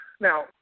Now